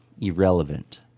irrelevant